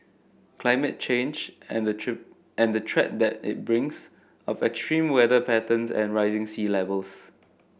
climate change and the cheat and the threat that it brings of extreme weather patterns and rising sea Levels